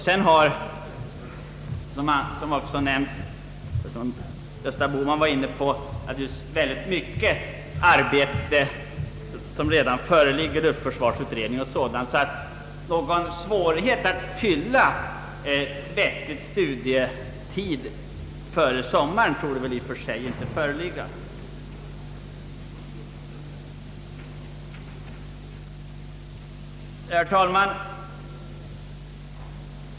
Som herr Gösta Bohman också var inne på föreligger redan mycket arbete klart; luftförsvarsutredningen t.ex. Någon svårighet att fylla vettig studietid före sommaren torde alltså inte föreligga. Herr talman!